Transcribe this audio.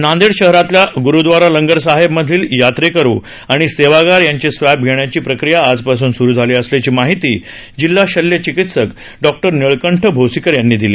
नांदेड शहरातील ग्रुदवारा लंगर साहेब मधील यात्रेकरू आणि सेवागार यांचे स्वॅब घेण्याची प्रक्रिया आज पासून सुरू झाली असल्याची माहिती जिल्हा शल्य चिकित्सक डॉ निळकंठ भोसीकर यांनी दिली